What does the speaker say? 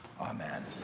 Amen